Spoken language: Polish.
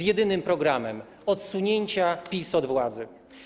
z jedynym programem odsunięcia PiS od władzy.